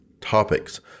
topics